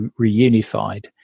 reunified